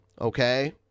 okay